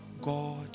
God